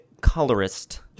colorist